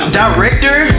director